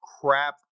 Crap